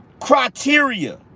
criteria